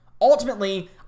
Ultimately